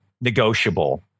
negotiable